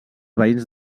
veïns